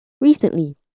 recently